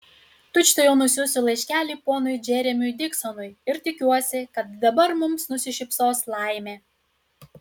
tučtuojau nusiųsiu laiškelį ponui džeremiui diksonui ir tikiuosi kad dabar mums nusišypsos laimė